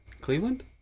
Cleveland